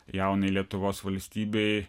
jaunai lietuvos valstybei